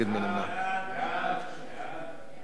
חוק עובדים זרים (תיקון מס'